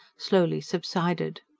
slowly subsided.